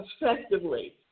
effectively